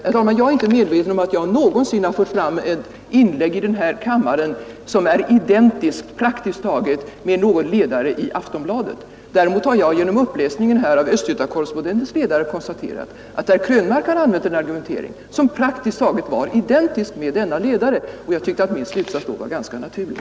Herr talman! Jag är inte medveten om att jag i den här kammaren har gjort ett inlägg som är praktiskt taget identiskt med någon ledare i Aftonbladet. Däremot har jag genom uppläsningen ur Östgöta Correspondentens ledare konstaterat att herr Krönmark har använt en argumentering som praktiskt taget var identisk med denna ledare, och jag tyckte att min slutsats då var helt naturlig.